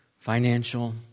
financial